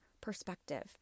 perspective